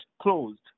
closed